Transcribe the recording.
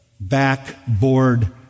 backboard